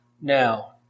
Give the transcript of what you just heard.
now